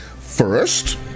First